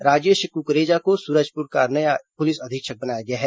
राजेश कुकरेजा को सूरजपुर का नया पुलिस अधीक्षक बनाया गया है